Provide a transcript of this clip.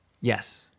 Yes